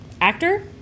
actor